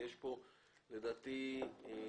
לדעתי יש כאן